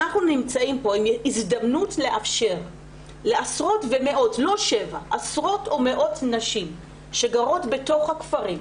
אנחנו נמצאים פה עם הזדמנות לאפשר לעשרות ומאות נשים שגרות בתוך הכפרים,